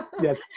Yes